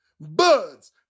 BUDS